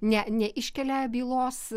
ne neiškelia bylos